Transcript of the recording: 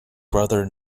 brother